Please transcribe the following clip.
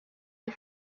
you